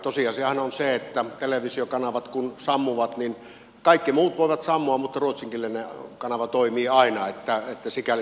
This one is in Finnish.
tosiasiahan on se että televisiokanavat kun sammuvat niin kaikki muut voivat sammua mutta ruotsinkielinen kanava toimii aina että sikäli se on turvattu